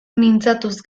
mintzatuz